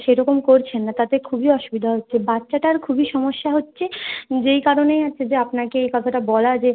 সেরকম করছেন না তাতে খুবই অসুবিধা হচ্ছে বাচ্চাটার খুবই সমস্যা হচ্ছে যেই কারণে হচ্ছে যে আপনাকে এই কথাটা বলা যে